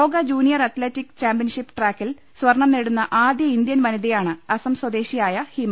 ലോക junior athletic championship ട്രാക്കിൽ സ്വർണം നേടുന്ന ആദ്യ ഇന്ത്യൻ വനിതയാണ് അസം സ്വദേശിയായ ഹിമ